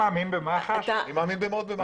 אני מאוד מאמין במח"ש.